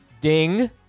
Ding